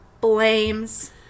blames